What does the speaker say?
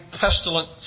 pestilent